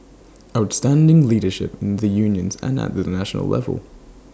outstanding leadership needed in the unions and at the national level